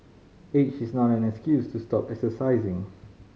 age is not an excuse to stop exercising